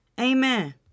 Amen